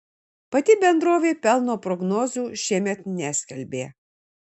pati bendrovė pelno prognozių šiemet neskelbė